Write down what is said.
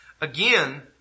Again